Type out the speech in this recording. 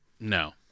No